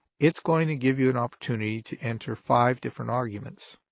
it's going to give you an opportunity to enter five different arguments.